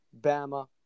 Bama